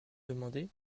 demandé